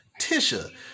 Tisha